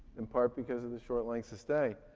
in part because of the short lengths of stay,